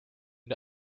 the